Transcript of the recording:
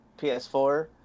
PS4